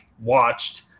watched